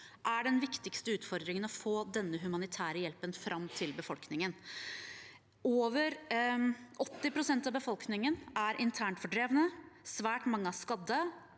er den viktigste utfordringen å få denne humanitære hjelpen fram til befolkningen. Over 80 pst. av befolkningen er internt fordrevne, svært mange er skadde,